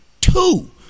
Two